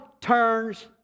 turns